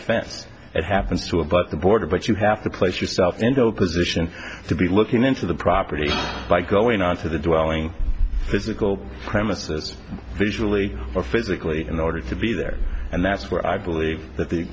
fence it happens to about the border but you have to place yourself in go position to be looking into the property by going on to the dwelling physical premises visually or physically in order to be there and that's where i believe that the